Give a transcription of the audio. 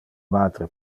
matre